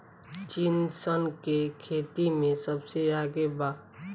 चीन सन के खेती में सबसे आगे बा